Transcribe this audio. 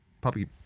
Puppy